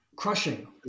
Crushing